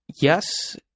yes